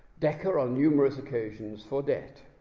dekker on numerous occasions for debt.